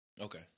Okay